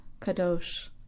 kadosh